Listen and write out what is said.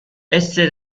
esse